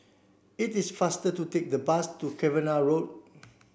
it is faster to take the bus to Cavenagh Road